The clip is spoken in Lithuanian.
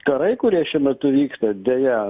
karai kurie šiuo metu vyksta deja